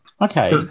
okay